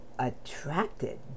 attracted